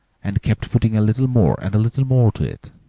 and kept putting a little more and a little more to it,